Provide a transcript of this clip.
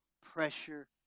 pressure